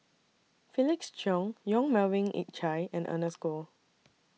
Felix Cheong Yong Melvin Yik Chye and Ernest Goh